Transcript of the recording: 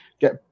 get